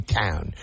town